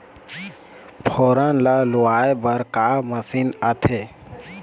फोरन ला लुआय बर का मशीन आथे?